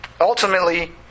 Ultimately